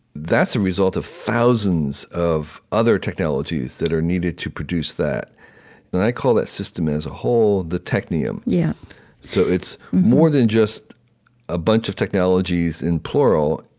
that's a result of thousands of other technologies that are needed to produce that and i call that system as a whole the technium. yeah so it's more than just a bunch of technologies in plural.